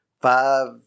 five